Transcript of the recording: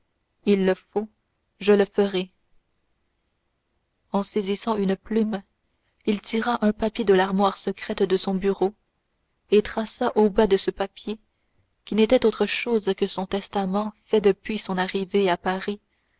il le faut je le ferai et saisissant une plume il tira un papier de l'armoire secrète de son bureau et traça au bas de ce papier qui n'était autre chose que son testament fait depuis son arrivée à paris